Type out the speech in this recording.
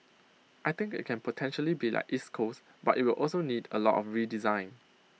I think IT can potentially be like East Coast but IT will also need A lot of redesign